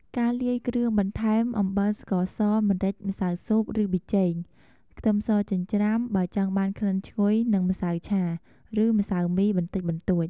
ការលាយគ្រឿង បន្ថែមអំបិល ស្ករស ម្រេច ម្សៅស៊ុប ឬប៊ីចេង ខ្ទឹមសចិញ្ច្រាំ បើចង់បានក្លិនឈ្ងុយ និងម្សៅឆា ឬម្សៅមីបន្តិចបន្តួច។